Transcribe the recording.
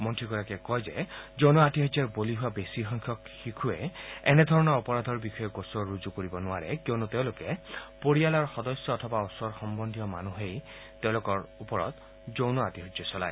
মন্ৰীগৰাকীয়ে কয় যে যৌন আতিশয্যাৰ বলি হোৱা বেছি সংখ্যক শিশুসকলে এনেধৰণৰ অপৰাধৰ বিষয়ে গোচৰ ৰুজু কৰিব নোৱাৰে কিয়নো তেওঁলোকে পৰিয়ালৰ সদস্য অথবা ওচৰ সহ্বদ্ধীয় মানুহেই তেওঁলোকৰ ওপৰত যৌন আতিশায্য চলায়